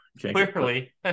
Clearly